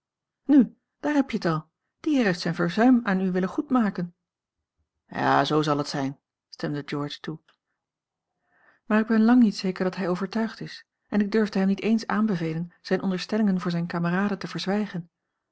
nu daar heb je t al die heer heeft zijn verzuim aan u willen goedmaken ja zoo zal het zijn stemde george toe maar ik ben lang niet zeker dat hij overtuigd is en ik durfde hem niet eens aanbevelen zijne onderstellingen voor zijne kameraden te verzwijgen